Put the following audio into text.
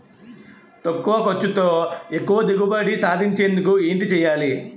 తక్కువ ఖర్చుతో ఎక్కువ దిగుబడి సాధించేందుకు ఏంటి చేయాలి?